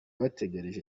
bategereje